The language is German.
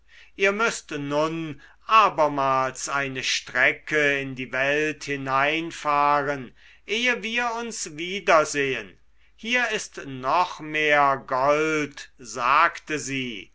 ihr müßt nun abermals eine strecke in die welt hineinfahren ehe wir uns wieder sehen hier ist noch mehr gold sagte sie